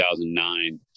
2009